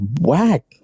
whack